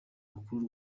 rukuru